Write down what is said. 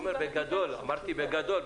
אמרתי "בגדול".